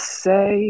say